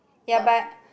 but a few